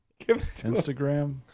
Instagram